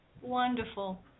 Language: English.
Wonderful